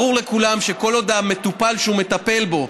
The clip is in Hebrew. ברור לכולם שכל עוד המטופל שהוא מטפל בו,